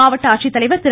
மாவட்ட ஆட்சித்தலைவா் திரு